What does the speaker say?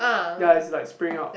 ya is like spraying out